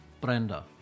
Brenda